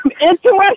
interesting